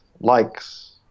likes